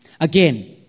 Again